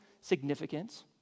significance